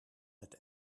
het